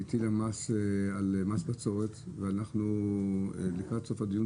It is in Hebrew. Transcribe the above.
היא הטילה מס בצורת ואנחנו לקראת סוף הדיון,